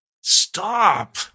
Stop